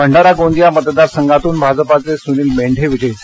भंडारा गोंदिया मतदारसंघातून भाजपाचे सुनील मेंढे विजयी झाले